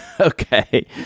Okay